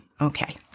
Okay